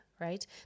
right